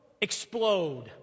explode